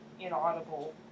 inaudible